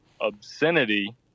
obscenity